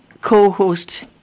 co-host